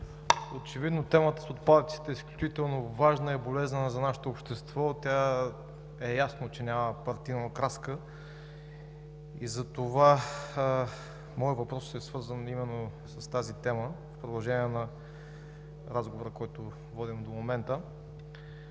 Очевидно темата с отпадъците е изключително важна и болезнена за нашето общество. Ясно е, че тя няма партийна окраска и затова моят въпрос е свързан именно с тази тема – в продължение на разговора, който водим до момента.